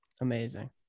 Amazing